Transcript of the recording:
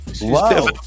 wow